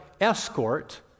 escort